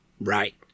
Right